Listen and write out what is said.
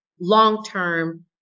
long-term